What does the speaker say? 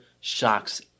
shocks